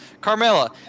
Carmela